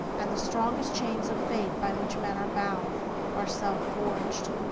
and the strongest chains of fate by which men are bound are self-forged.